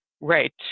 right